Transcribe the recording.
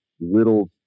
little